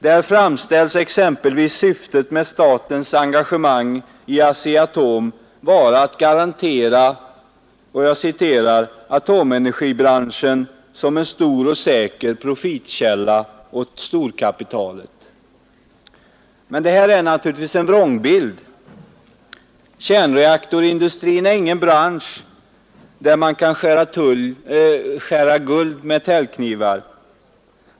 Där framställs exempelvis syftet med statens engagemang i ASEA-Atom vara att garantera ”atomenergibranschen som en stor och säker profitkälla åt storkapitalet”. Detta är naturligtvis en vrångbild. Kärnreaktorindustrin är ingen bransch där man kan skära guld med täljknivar.